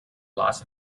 loss